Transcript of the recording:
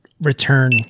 return